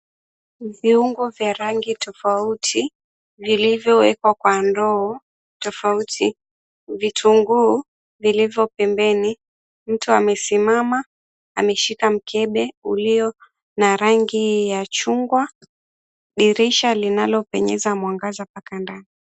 Viungo vya rangi tofauti, vilivowekwa kwa ndoo tofauti, vitunguu vilivyo pembeni. Mtu amesimama, ameshika mkebe ulio na rangi ya chungwa. Dirisha linalopenyeza mwangaza mpaka ndani.